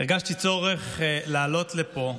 הרגשתי צורך לעלות לפה,